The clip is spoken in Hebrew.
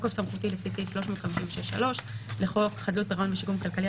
בתוקף סמכותי לפי סעיף 356(3) לחוק חדלות פירעון ושיקום כלכלי,